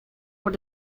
por